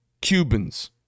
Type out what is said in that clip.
Cubans